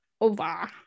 over